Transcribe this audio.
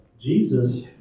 Jesus